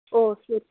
ஓ சரி